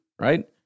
right